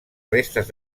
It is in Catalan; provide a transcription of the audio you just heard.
restes